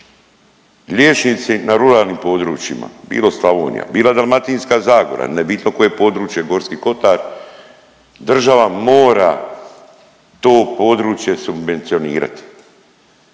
Liječnici na ruralni područjima, bilo Slavonija, bilo Dalmatinska Zagora, nebitno koje područje Gorski Kotar, država mora to područje subvencionirati.